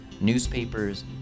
newspapers